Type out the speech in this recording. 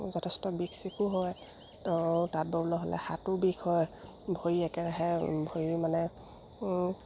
যথেষ্ট বিষ চিষো হয় তো তাঁত ববলৈ হ'লে হাতো বিষ হয় ভৰি একেৰাহে ভৰি মানে